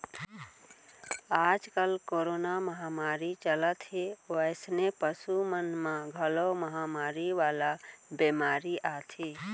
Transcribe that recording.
आजकाल कोरोना महामारी चलत हे वइसने पसु मन म घलौ महामारी वाला बेमारी आथे